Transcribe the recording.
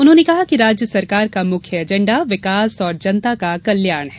उन्होंने कहा कि राज्य सरकार का मुख्य एजेण्डा विकास और जनता का कल्याण है